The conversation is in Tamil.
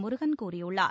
முருகன் கூறியுள்ளார்